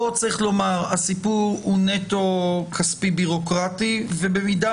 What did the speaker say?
כאן צריך לומר שהסיפור הוא נטו כספי בירוקרטי ובמידה